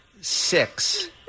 six